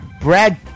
Brad